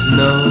no